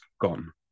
gone